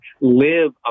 live